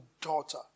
daughter